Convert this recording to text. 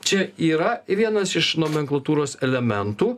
čia yra vienas iš nomenklatūros elementų